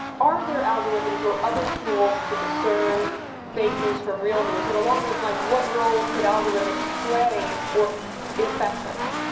are there algorithms or other tools to discern fake news from real news, and along those lines, what role could algorithms play, or in fact checking?